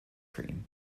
cream